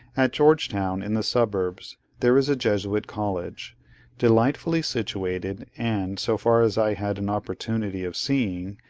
at george town, in the suburbs, there is a jesuit college delightfully situated, and, so far as i had an opportunity of seeing,